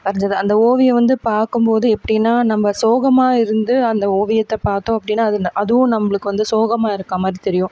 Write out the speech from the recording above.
வரைஞ்சது அந்த ஓவியம் வந்து பார்க்கும் போது எப்படின்னா நம்ம சோகமாக இருந்து அந்த ஓவியத்தை பார்த்தோம் அப்படின்னா அது அதுவும் நம்மளுக்கு வந்து சோகமாக இருக்க மாதிரி தெரியும்